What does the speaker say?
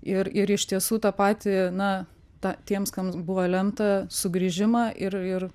ir ir iš tiesų tą patį na tą tiems kam buvo lemta sugrįžimą ir ir